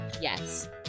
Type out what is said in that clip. Yes